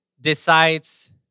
decides